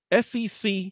SEC